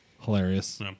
Hilarious